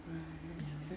all right